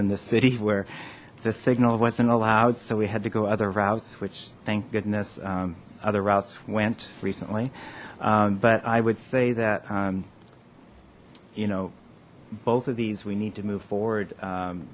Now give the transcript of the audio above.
in the city where the signal wasn't allowed so we had to go other routes which thank goodness other routes went recently but i would say that you know both of these we need to move forward